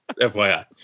FYI